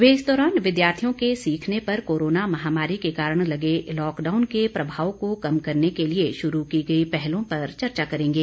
वे इस दौरान विद्यार्थियों के सीखने पर कोरोना महामारी के कारण लगे लॉकडाउन के प्रभाव को कम करने के लिए शुरू की गई पहलों पर चर्चा करेंगे